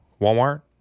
Walmart